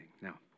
Now